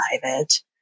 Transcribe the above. private